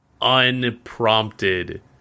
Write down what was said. unprompted